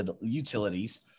utilities